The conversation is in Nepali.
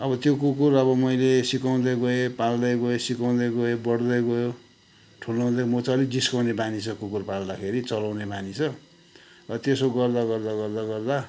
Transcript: अब त्यो कुकुर अब मैले सिकाउँदै गएँ पाल्दै गएँ सिकाउँदै गएँ बढ्दै गयो ठुलो हुँदै म चाहिँ अलि जिस्काउने बानी छ कुकुर पाल्दाखेरि चलाउने बानी छ त्यसो गर्दा गर्दा गर्दा गर्दा